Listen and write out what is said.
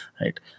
right